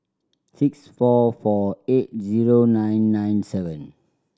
six four four eight zero nine nine seven